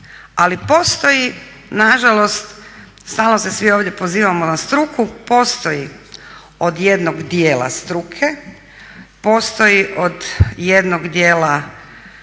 Ali postoji nažalost, stalno se svi ovdje pozivamo na struku, postoji od jednog dijela struke, postoji od jednog dijela